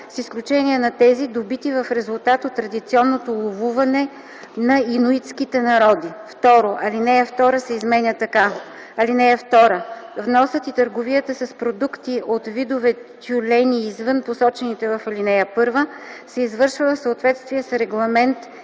„с изключение на тези, добити в резултат от традиционното ловуване на инуитските народи”. 2. Алинея 2 се изменя така: „(2) Вносът и търговията с продукти от видове тюлени извън посочените в ал. 1 се извършва в съответствие с Регламент